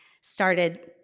started